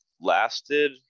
lasted